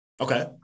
Okay